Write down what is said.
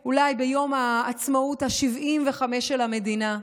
אולי, ביום העצמאות ה-75 של המדינה,